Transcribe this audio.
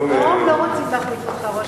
הרוב לא רוצים להחליף אותך.